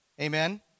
Amen